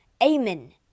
Amen